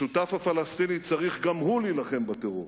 השותף הפלסטיני צריך גם הוא להילחם בטרור.